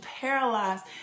paralyzed